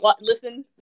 Listen